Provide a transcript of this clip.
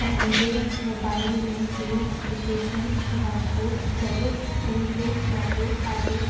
पंहिंजे मोबाइल में हीअ एप्लीकेशन डाउनलोड कयो हुनजो नालो आहे